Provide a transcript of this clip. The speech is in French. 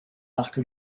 arc